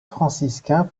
franciscain